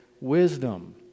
wisdom